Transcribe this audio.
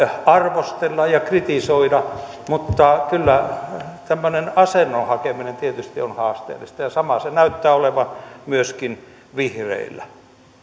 arvostella ja kritisoida mutta kyllä tämmöinen asennon hakeminen tietysti on haasteellista ja samaa se näyttää olevan myöskin vihreillä